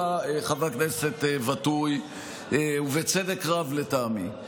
בא חבר הכנסת ואטורי ובצדק רב, לטעמי,